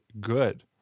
good